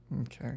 Okay